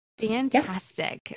Fantastic